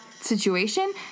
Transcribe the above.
situation—